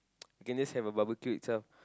we can just have a barbecue itself